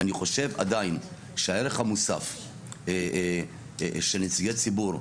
אני חושב עדיין שהערך המוסף של נציגי ציבור,